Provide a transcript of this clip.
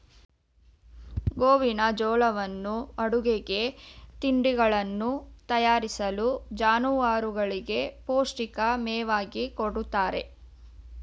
ಗೋವಿನಜೋಳವನ್ನು ಅಡುಗೆಗೆ, ತಿಂಡಿಗಳನ್ನು ತಯಾರಿಸಲು, ಜಾನುವಾರುಗಳಿಗೆ ಪೌಷ್ಟಿಕ ಮೇವಾಗಿ ಕೊಡುತ್ತಾರೆ